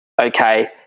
okay